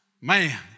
Man